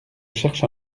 cherche